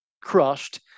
crushed